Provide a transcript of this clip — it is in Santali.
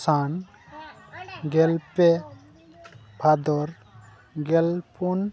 ᱥᱟᱱ ᱜᱮᱞᱯᱮ ᱵᱷᱟᱫᱚᱨ ᱜᱮᱞ ᱯᱩᱱ